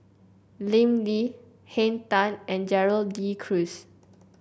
Lim Lee Henn Tan and Gerald De Cruz